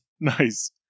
Nice